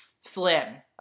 slim